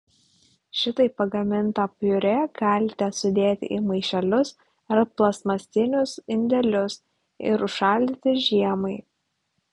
šitaip pagamintą piurė galite sudėti į maišelius ar plastmasinius indelius ir užšaldyti žiemai